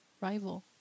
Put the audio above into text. rival